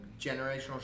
generational